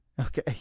Okay